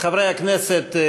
חברי הכנסת,